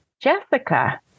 Jessica